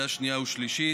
לקריאה שנייה ושלישית.